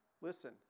listen